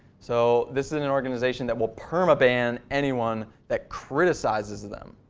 so this is an an organization that will perma-ban anyone that criticizes them.